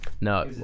No